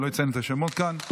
אני לא אציין את השמות כאן.